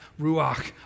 Ruach